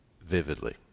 vividly